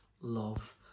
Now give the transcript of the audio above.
love